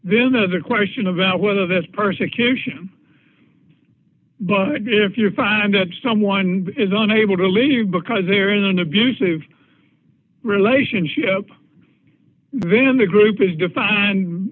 then the other question about whether this persecution but if you find that someone is unable to leave you because there is an abusive relationship then the group is defined